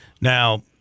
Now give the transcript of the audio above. Now